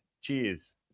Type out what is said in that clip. Cheers